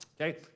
Okay